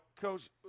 Coach